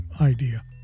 idea